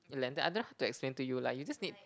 lentil I don't know how to explain to you lah you just need